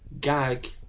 gag